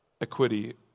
equity